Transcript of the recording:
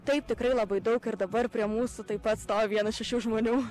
taip tikrai labai daug ir dabar prie mūsų taip pat stovi vienas iš šių žmonių